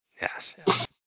Yes